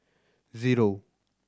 zero